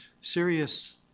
serious